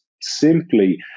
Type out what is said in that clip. simply